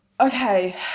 Okay